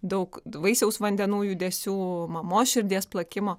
daug vaisiaus vandenų judesių mamos širdies plakimo